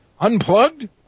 Unplugged